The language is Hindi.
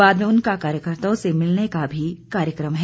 बाद में उनका कार्यकर्ताओं से मिलने का भी कार्यक्रम है